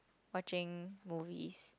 watching movies